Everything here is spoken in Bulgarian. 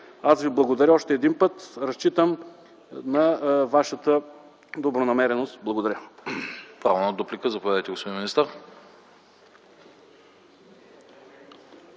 Благодаря Ви още един път. Разчитам на Вашата добронамереност. Благодаря.